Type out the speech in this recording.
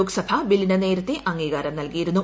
ലോക്സഭ ബില്ലിന് നേരത്തെ അംഗീകാരം നൽകിയിരുന്നു